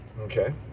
Okay